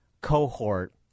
cohort